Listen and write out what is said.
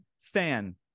fan